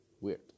Weird